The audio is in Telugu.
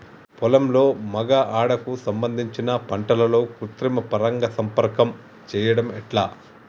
పొలంలో మగ ఆడ కు సంబంధించిన పంటలలో కృత్రిమ పరంగా సంపర్కం చెయ్యడం ఎట్ల?